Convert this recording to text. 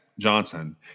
Johnson